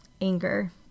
anger